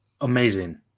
Amazing